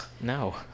no